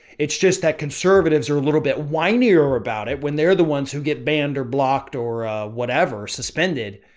it's just that conservatives are a little bit whiny or about it when they're the ones who get banned or blocked or whatever suspended.